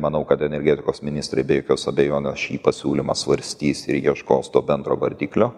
manau kad energetikos ministrai be jokios abejonės šį pasiūlymą svarstys ir ieškos to bendro vardiklio